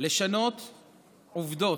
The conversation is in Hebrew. לשנות עובדות,